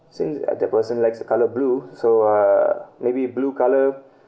since uh the person likes colour blue so uh maybe blue colour